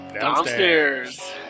downstairs